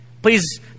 Please